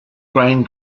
grain